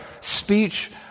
speech